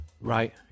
Right